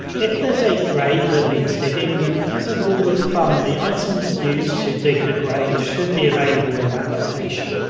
if there's a grave that needs digging, then as a rule of thumb, the item to dig the grave should be available in that location.